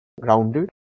grounded